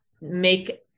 make